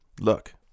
look